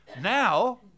Now